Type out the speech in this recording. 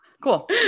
Cool